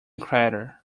crater